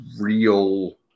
real